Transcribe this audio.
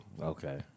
Okay